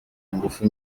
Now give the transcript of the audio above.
ingufu